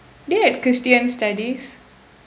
do you have christian studies